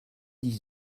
dix